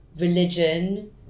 religion